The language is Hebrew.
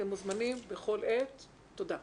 אתם מוזמנים בכל עת, תודה.